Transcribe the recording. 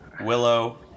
Willow